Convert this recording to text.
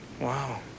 Wow